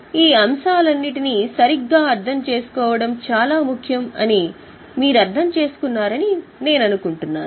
ఈ అంశాలన్నింటినీ సరిగ్గా అర్థం చేసుకోవడం చాలా ముఖ్యం అని మీరు అర్థం చేసుకున్నారని నేను నమ్ముతున్నాను